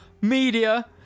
Media